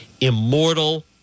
Immortal